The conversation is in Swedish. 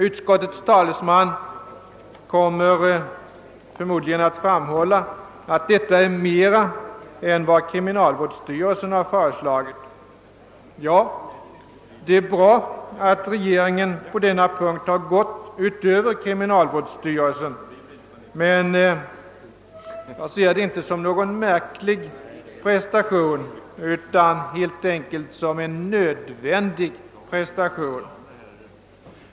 Utskottets talesman kommer förmodligen att framhålla att detta är mer än vad kriminalvårdsstyrelsen har föreslagit. Ja, det är bra att regeringen på denna punkt har gått längre än kriminalvårdsstyrelsen, men jag ser det inte som någon märklig prestation utan helt enkelt som en nödvändig prestation.